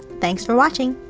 thanks for watching!